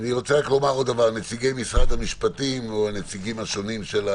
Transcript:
נציגי משרד המשפטים והנציגים השונים,